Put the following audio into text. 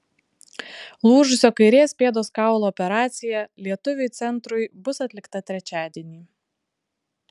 lūžusio kairės pėdos kaulo operacija lietuviui centrui bus atlikta trečiadienį